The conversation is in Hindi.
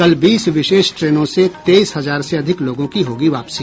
कल बीस विशेष ट्रेनों से तेईस हजार से अधिक लोगों की होगी वापसी